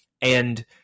And-